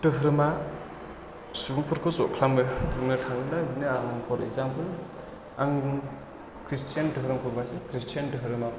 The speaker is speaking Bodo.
धोरोमा सुबुंफोरखौ सल्फ खालामो बुंनो थाङोब्ला बिदिनो आं फर एजामफोल आं खृस्थियान धोरोमखौ आं खृस्थियान धोरोमाव